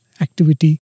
activity